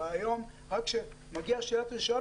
הרעיון שעד שמגיע שלילת הרישיון,